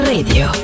Radio